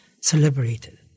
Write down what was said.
celebrated